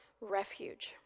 Refuge